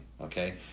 okay